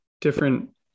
different